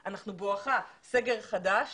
אנחנו בואך סגר חדש